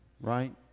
right